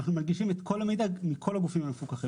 אנחנו מנגישים את כל המידע מכל הגופים המפוקחים.